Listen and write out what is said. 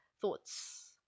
Thoughts